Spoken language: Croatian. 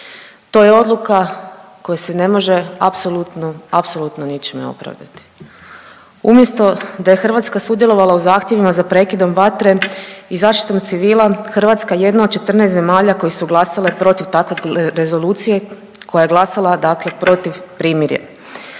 to je odluka koja se ne može apsolutno, apsolutno ničime opravdati. Umjesto da je Hrvatska sudjelovala u zahtjevima za prekidom vatre i zaštitom civila, Hrvatska je jedna od 14 zemalja koje su glasale protiv takve rezolucije koja je glasala protiv primirja.